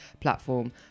platform